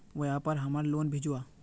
व्यापार हमार लोन भेजुआ?